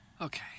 Okay